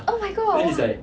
oh my god !wah!